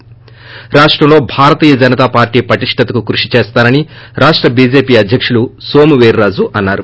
ి రాష్టంలో భారతీయ జనత పార్టీ పటిష్టతకు కృషి చేస్తానని రాష్ట చీజేపీ అధ్యకుడు నోము వీరాజు అన్నారు